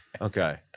Okay